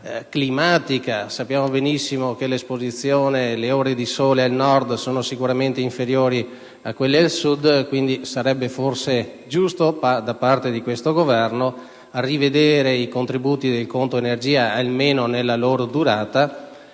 in maniera climatica. Sappiamo benissimo che le ore di sole al Nord sono inferiori a quelle del Sud; quindi sarebbe forse giusto, da parte di questo Governo, rivedere i contributi del conto energia almeno nella loro durata,